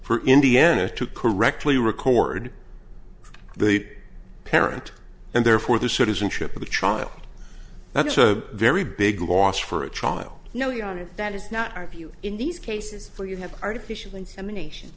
for indiana to correctly record the parent and therefore the citizenship of the child that's a very big loss for a child no you don't and that is not our view in these cases where you have artificial insemination